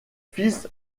fils